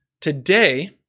Today